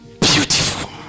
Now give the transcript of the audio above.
beautiful